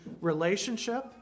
relationship